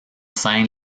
scène